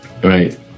Right